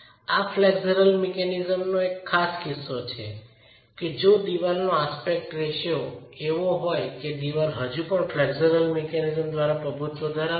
આ ફ્લેક્ચરલ મિકેનિઝમનો એક ખાસ કિસ્સો છે જે છે કે જો દિવાલનો એસ્પેક્ટ રેશિયો એવો હોય કે દિવાલ હજુ પણ ફ્લેક્ચરલ મિકેનિઝમ્સ દ્વારા પ્રભુત્વ ધરાવતી હોય